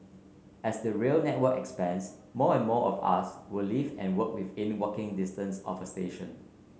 as the rail network expands more and more of us will live and work within walking distance of a station